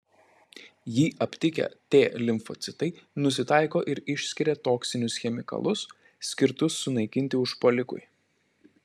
jį aptikę t limfocitai nusitaiko ir išskiria toksinius chemikalus skirtus sunaikinti užpuolikui